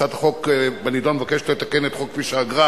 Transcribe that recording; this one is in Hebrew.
הצעת החוק בנדון מבקשת לתקן את חוק כביש האגרה,